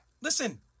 Listen